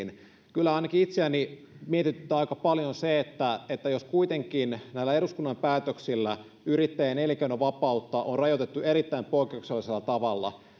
kyllä ainakin itseäni mietityttää aika paljon se että että jos kuitenkin näillä eduskunnan päätöksillä yrittäjien elinkeinovapautta on rajoitettu erittäin poikkeuksellisella tavalla